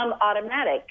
automatic